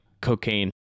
cocaine